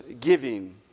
giving